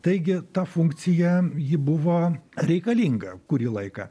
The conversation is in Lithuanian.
taigi ta funkcija ji buvo reikalinga kurį laiką